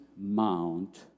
mount